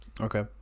okay